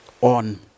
on